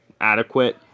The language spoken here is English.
adequate